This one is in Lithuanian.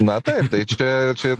na taip tai čia čia